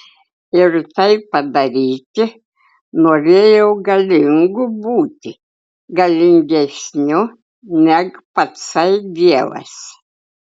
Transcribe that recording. ir tai padaryti norėjau galingu būti galingesniu neg patsai dievas